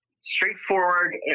straightforward